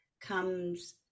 comes